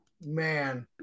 Man